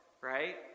right